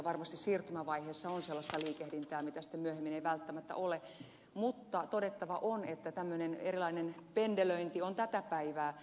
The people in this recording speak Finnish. varmasti siirtymävaiheessa on sellaista liikehdintää mitä sitten myöhemmin ei välttämättä ole mutta todettava on että tämmöinen erilainen pendelöinti on tätä päivää